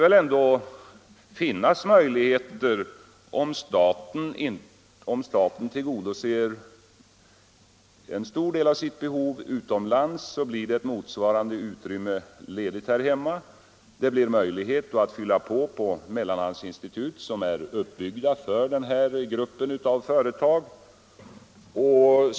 Om staten tillgodoser en stor del av sitt behov utomlands, så måste väl motsvarande utrymme bli ledigt här hemma, och då blir det möjligt att fylla på i mellanhandsinstituten, som är uppbyggda för denna grupp av företag.